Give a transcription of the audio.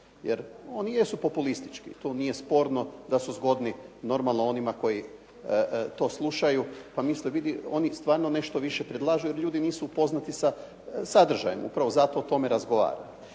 jer oni jesu populistički, tu nije sporno da su zgodni, normalno onima koji to slušaju, pa se vidi, oni stvarno nešto više predlažu jer ljudi nisu upoznati sa sadržajem, upravo zato o tome razgovaram.